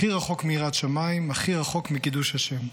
הכי רחוק מיראת שמיים, הכי רחוק מקידוש השם.